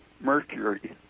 mercury